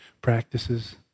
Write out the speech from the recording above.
practices